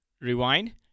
rewind